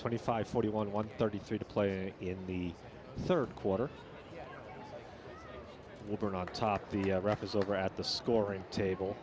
twenty five forty one one thirty three to play in the third quarter will not talk the rep is over at the scoring table